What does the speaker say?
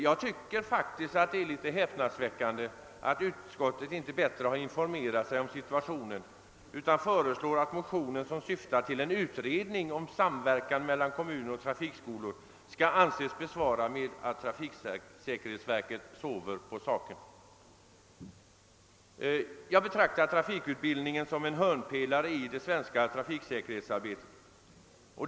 Jag finner det häpnadsväckande att utskottet inte bättre har informerat sig om situationen, utan föreslår att motionen, som syftar till en utredning om samverkan mellan kommuner och trafikskolor, skall anses besvarad med att trafiksäkerhetsverket sover på saken. Jag betraktar trafikutbildningen som en hörnpelare i det svenska trafiksäkerhetsarbetet.